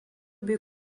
bei